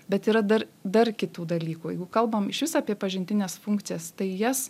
bet yra dar dar kitų dalykų jeigu kalbam išvis apie pažintines funkcijas tai jas